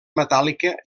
metàl·lica